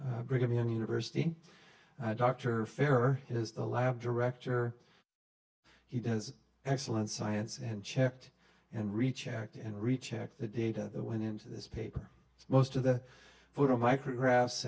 to brigham young university dr ferrer is the lab director he does excellent science and checked and rechecked and rechecked the data that went into this paper most of the photo micrographs